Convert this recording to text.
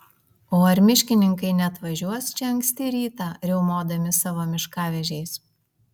o ar miškininkai neatvažiuos čia anksti rytą riaumodami savo miškavežiais